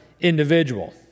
individual